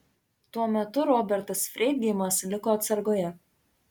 tuo metu robertas freidgeimas liko atsargoje